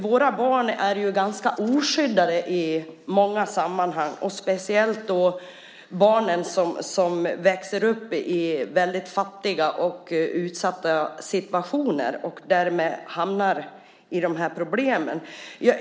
Våra barn är ganska oskyddade i många sammanhang och speciellt de barn som växer upp i fattiga och utsatta situationer och därmed hamnar i de här problemen.